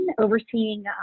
overseeing